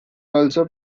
also